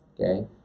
Okay